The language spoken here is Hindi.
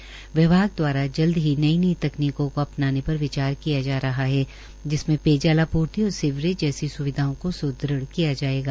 उन्होंने कहा कि विभाग द्वारा जल्द ही नई नई तकनीकों को अपनाने पर विचार किया जा रहा है जिसमें पेयजल आपूर्ति और सीवरेज जैसी स्विधाओं को स्ृृढ़ किया जायेगा